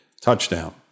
touchdown